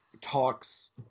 talks